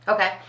Okay